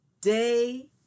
day